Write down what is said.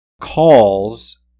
calls